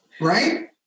Right